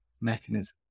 mechanism